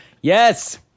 Yes